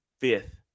fifth